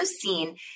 seen